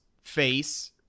face